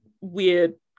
weird